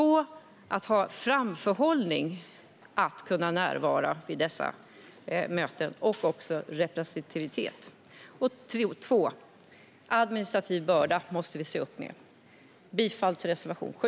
Det måste också vara bättre framförhållning så att minoriteterna kan närvara vid dessa möten och ha representativitet. Dessutom måste vi se upp med den administrativa bördan. Jag yrkar bifall till reservation 7.